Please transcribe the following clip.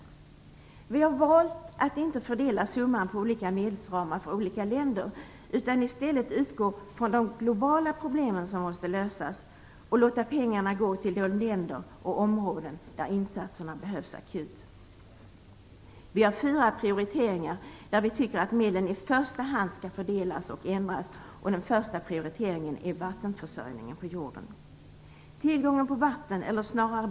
Men vi har valt att inte fördela summan på olika länder utan i stället utgått från de globala problem som måste lösas och valt att låta pengarna gå till de länder och områden där insatserna behövs akut. Vi har fyra prioriterade områden där vi tycker att medlen i första hand skall fördelas. Den första prioriteringen är vattenförsörjningen på jorden.